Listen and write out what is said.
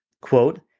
quote